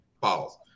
Pause